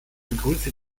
begrüße